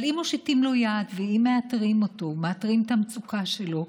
אבל אם מושיטים לו יד ומאתרים אותו ומאתרים את המצוקה שלו,